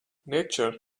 nature